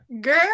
girl